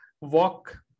walk